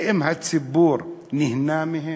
האם הציבור נהנה מהם?